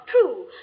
true